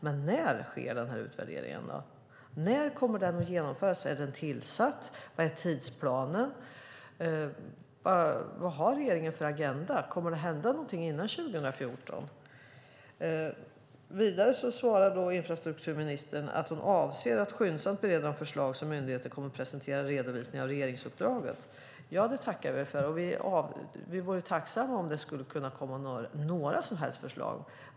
Men när kommer utvärderingen att ske? Är den tillsatt? Hur är tidsplanen? Vad har regeringen för agenda? Kommer det att hända någonting före 2014? Vidare svarar infrastrukturministern att hon avser att skyndsamt bereda de förslag som myndigheten kommer att presentera i redovisningen av regeringsuppdraget. Ja, det tackar vi också för, och vi vore tacksamma om det skulle kunna komma några som helst förslag.